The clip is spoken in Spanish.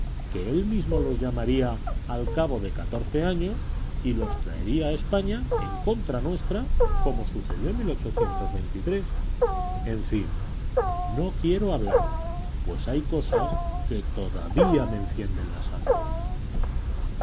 que él mismo los llamaría al cabo de catorce años y los traería a españa en contra nuestra como sucedió en en fin no quiero hablar pues hay cosas que todavía me encienden la sangre